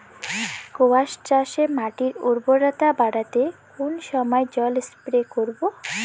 কোয়াস চাষে মাটির উর্বরতা বাড়াতে কোন সময় জল স্প্রে করব?